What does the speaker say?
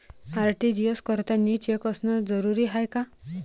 RTGS करतांनी cheque असनं जरुरीच हाय का?